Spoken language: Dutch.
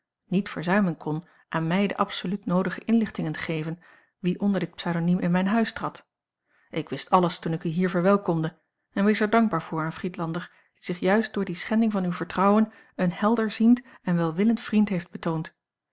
niet verzuimen kon aan mij de absoluut noodige inlichtingen te geven wie onder dit pseudoniem in mijn huis trad ik wist alles toen ik u hier verwelkomde en wees er dankbaar voor aan friedlander die zich juist door die schending van uw vertrouwen een helderziend en welwillend vriend heeft betoond